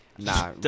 Nah